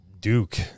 Duke